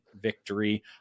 victory